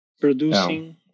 producing